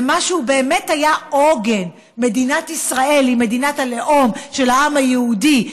ומה שהוא באמת היה עוגן: מדינת ישראל היא מדינת הלאום של העם היהודי,